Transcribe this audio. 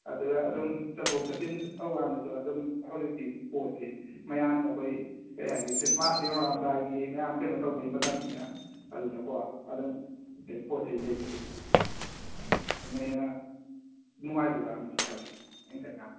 ꯑꯗꯨꯒ ꯑꯗꯨꯝ ꯆꯠꯊꯣꯛ ꯆꯠꯁꯤꯟ ꯇꯧꯕ ꯀꯥꯟꯗꯁꯨ ꯑꯗꯨꯝ ꯍꯧꯖꯤꯛꯇꯤ ꯄꯣꯠꯁꯤ ꯃꯌꯥꯝꯗ ꯑꯩꯈꯣꯏ ꯀꯔꯤ ꯍꯥꯏꯅꯤ ꯈ꯭ꯔꯤꯁꯃꯥꯁ ꯌꯧꯔꯛꯂꯝꯗꯥꯏꯒꯤ ꯃꯌꯥꯝ ꯀꯩꯅꯣ ꯇꯧꯕꯩ ꯃꯇꯝꯅꯤꯅ ꯑꯗꯨꯗꯀꯣ ꯑꯗꯨꯝ ꯀꯩ ꯄꯣꯠ ꯆꯩ ꯂꯩꯕꯁꯦ ꯑꯗꯨꯅ ꯍꯦꯟꯅ ꯅꯨꯡꯉꯥꯏꯗꯣꯏꯔꯥꯅꯁꯨ ꯈꯜꯂꯦ ꯑꯩꯅ ꯈꯟꯀꯥꯟꯗ